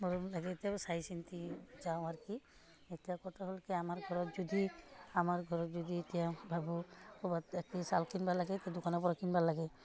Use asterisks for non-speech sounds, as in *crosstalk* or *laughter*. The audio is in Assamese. মৰম লাগে এতিয়াও চাইচিতি যাওঁ আৰু কি এতিয়া কথা হ'ল কি আমাৰ ঘৰত যদি আমাৰ ঘৰত যদি এতিয়া ভাবোঁ ক'ৰবাত *unintelligible* চাউল কিনিব লাগে *unintelligible* দোকানৰপৰা কিনিব লাগে